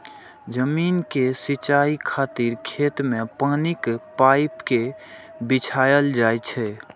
जमीन के सिंचाइ खातिर खेत मे पानिक पाइप कें बिछायल जाइ छै